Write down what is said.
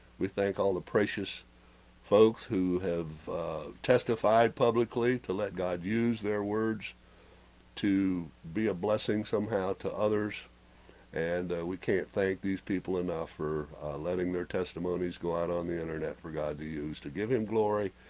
we thank all the precious folks, who have testified publicly to let god use their words to, be a blessing somehow to others and we can't thank, these, people enough for letting their testimonies go out on the internet for god to use to give him glory,